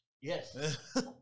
yes